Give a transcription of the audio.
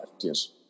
Yes